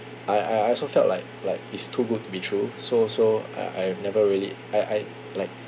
I I I also felt like like it's too good to be true so so I I've never really I I like